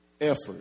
effort